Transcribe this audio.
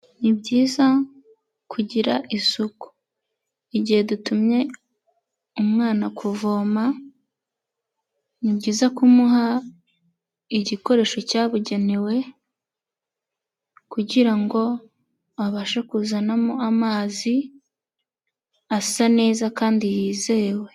Ni byiza kugira isuku, igihe dutumye umwana kuvoma, ni byiza kumuha igikoresho cyabugenewe kugira ngo abashe kuzanamo amazi, asa neza kandi yizewe.